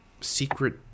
secret